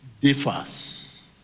differs